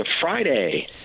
Friday